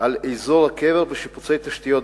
על אזור הקבר ושיפוצי התשתית במקום,